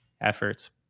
efforts